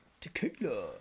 Tequila